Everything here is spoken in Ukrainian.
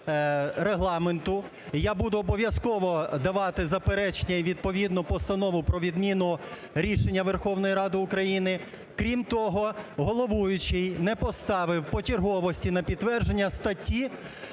я буду обов'язково давати заперечення і відповідну постанову про відміну рішення Верховної Ради України. Крім того, головуючий не поставив по черговості на підтвердження статті,